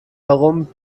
herum